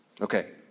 Okay